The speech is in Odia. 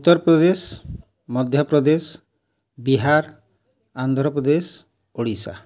ଉତ୍ତରପ୍ରଦେଶ ମଧ୍ୟପ୍ରଦେଶ ବିହାର ଆନ୍ଧ୍ରପ୍ରଦେଶ ଓଡ଼ିଶା